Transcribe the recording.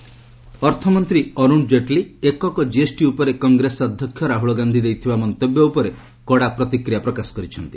Jaitley Rahul GST ଅର୍ଥମନ୍ତ୍ରୀ ଅରୁଣ ଜେଟଲୀ ଏକକ GST ଉପରେ କଂଗ୍ରେସ ଅଧ୍ୟକ୍ଷ ରାହୁଲ ଗାନ୍ଧି ଦେଇଥିବା ମନ୍ତବ୍ୟ ଉପରେ କଡ଼ା ପ୍ରତିକ୍ରିୟା ପ୍ରକାଶ କରିଛନ୍ତି